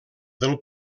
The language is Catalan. del